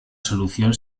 solución